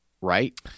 right